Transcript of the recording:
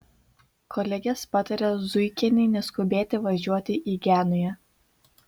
kolegės patarė zuikienei neskubėti važiuoti į genują